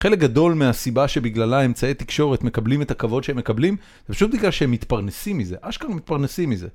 חלק גדול מהסיבה שבגללה אמצעי תקשורת מקבלים את הכבוד שהם מקבלים, זה פשוט בגלל שהם מתפרנסים מזה, אשכרה מתפרנסים מזה.